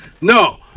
No